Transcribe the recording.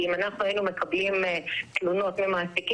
כי אם אנחנו היינו מקבלים תלונות ממעסיקים,